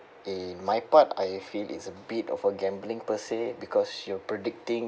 eh my part I feel it's a bit of a gambling per se because you're predicting